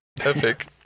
Epic